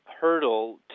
hurdle